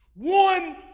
One